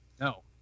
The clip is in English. No